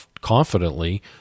confidently